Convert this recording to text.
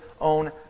own